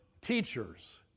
teachers